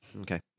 Okay